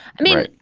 i mean,